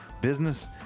business